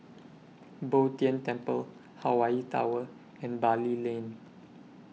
Bo Tien Temple Hawaii Tower and Bali Lane